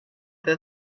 that